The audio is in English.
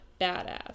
badass